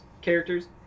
characters